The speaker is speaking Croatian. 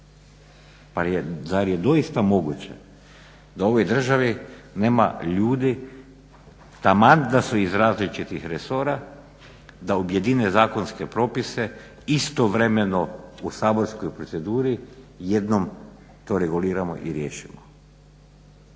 Pa zar je doista moguće da u ovoj državi nema ljudi taman da su iz različitih resora da objedine zakonske propise, istovremeno u saborskoj jednom te reguliramo i riješimo.